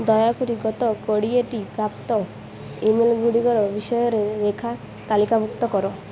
ଦୟାକରି ଗତ କୋଡ଼ିଏଟି ପ୍ରାପ୍ତ ଇମେଲ୍ଗୁଡ଼ିକ ବିଷୟରେ ରେଖା ତାଲିକାଭୁକ୍ତ କର